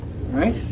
right